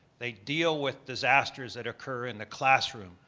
they deal with disasters that occur in the classroom,